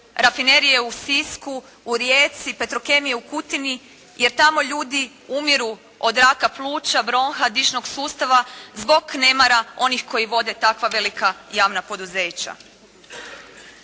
rafinerije u Sisku, u Rijeci, Petrokemije u Kutini jer tamo ljudi umiru od raka pluća, bronha, dišnog sustava zbog nemara onih koji vode takva velika i javna poduzeća.